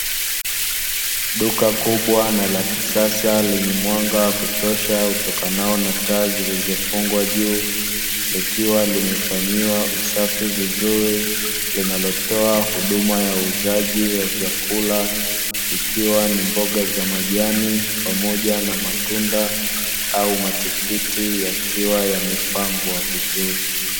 Duka kubwa na la kisasa lenye mwanga wa kutosha, utokanao na taa zilizofungwa juu, likiwa limefanyiwa usafi vizuri, linalotoa huduma ya uuzaji wa vyakula, ikiwa ni mboga za majani pamoja na matunda au matikiti, yakiwa yamepangwa vizuri.